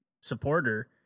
supporter